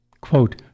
Quote